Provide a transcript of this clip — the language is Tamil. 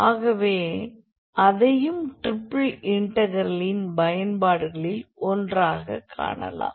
ஆகவே அதையும் ட்ரிபிள் இன்டெக்ரலின் பயன்பாடுகளில் ஒன்றாகக் காணலாம்